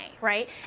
right